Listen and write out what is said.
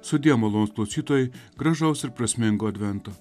sudie malonūs klausytojai gražaus ir prasmingo advento